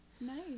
Nice